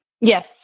Yes